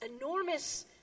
enormous